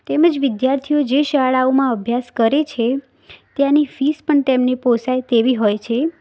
તેમજ વિદ્યાર્થીઓ જે શાળાઓમાં અભ્યાસ કરે છે ત્યાંની ફીસ પણ તેમને પોસાય તેવી હોય છે